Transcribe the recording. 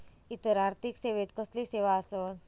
इतर आर्थिक सेवेत कसले सेवा आसत?